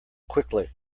quickly